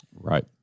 Right